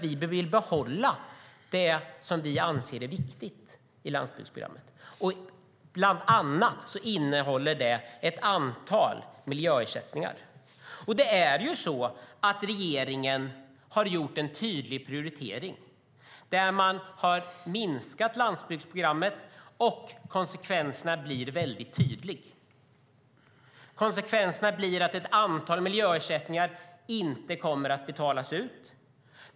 Vi vill behålla det som vi anser är viktigt i landsbygdsprogrammet. Bland annat innehåller det ett antal miljöersättningar. Regeringen har gjort en tydlig prioritering där man har minskat landsbygdsprogrammet. Konsekvenserna blir väldigt tydliga. Konsekvensen blir att ett antal miljöersättningar inte kommer att betalas ut.